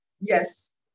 yes